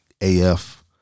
AF